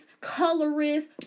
colorist